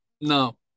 no